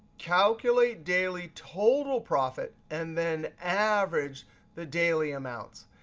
calculate daily total profit and then average the daily amounts.